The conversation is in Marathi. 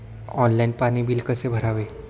ऑनलाइन पाणी बिल कसे भरावे?